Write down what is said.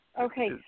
Okay